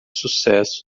sucesso